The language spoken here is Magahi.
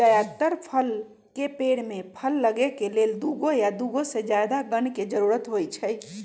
जदातर फल के पेड़ में फल लगे के लेल दुगो या दुगो से जादा गण के जरूरत होई छई